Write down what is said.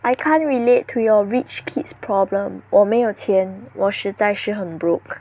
I can't relate to your rich kids problem 我没有钱我实在是很 broke